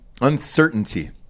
Uncertainty